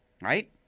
right